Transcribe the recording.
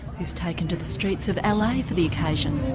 who's taken to the streets of ah la for the occasion.